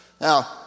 Now